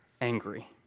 angry